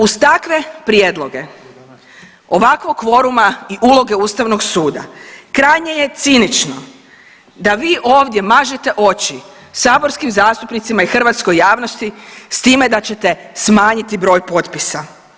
Uz takve prijedloge ovakvog kvoruma i uloge Ustavnog suda krajnje je cinično da vi ovdje mažete oči saborskim zastupnicima i hrvatskoj javnosti s time da ćete smanjiti broj potpisa.